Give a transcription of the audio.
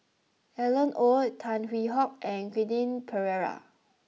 Alan Oei Tan Hwee Hock and Quentin Pereira